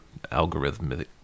algorithmic